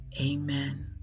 amen